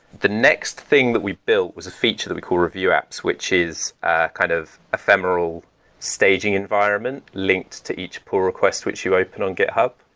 the next thing that we built was a feature that we call review apps, which is ah kind of ephemeral staging environment linked to each poll request which you open on github.